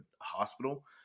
hospital